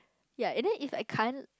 ya and then it's I can't